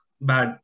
bad